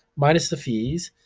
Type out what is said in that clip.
minus the fees.